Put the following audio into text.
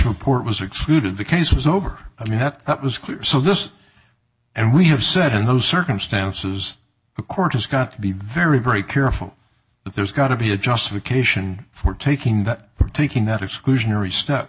report was excluded the case was over i mean that that was clear so this and we have said in those circumstances the court has got to be very very careful that there's got to be a justification for taking that for taking that exclusionary step